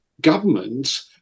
government